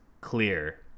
clear